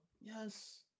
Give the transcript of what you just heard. Yes